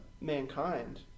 mankind